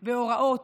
בהוראות,